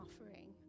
offering